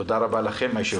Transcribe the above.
תודה רבה לכם, הישיבה נעולה.